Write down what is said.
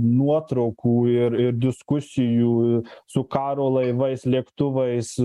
nuotraukų ir ir diskusijų su karo laivais lėktuvais